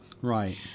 Right